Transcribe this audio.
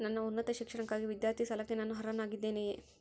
ನನ್ನ ಉನ್ನತ ಶಿಕ್ಷಣಕ್ಕಾಗಿ ವಿದ್ಯಾರ್ಥಿ ಸಾಲಕ್ಕೆ ನಾನು ಅರ್ಹನಾಗಿದ್ದೇನೆಯೇ?